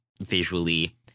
visually